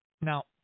now